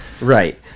Right